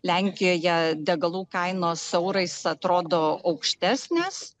lenkijoje degalų kainos eurais atrodo aukštesnės